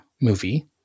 movie